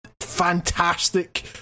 fantastic